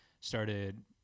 started